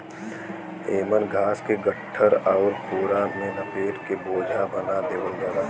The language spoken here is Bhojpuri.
एमन घास के गट्ठर आउर पोरा में लपेट के बोझा बना देवल जाला